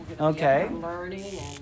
Okay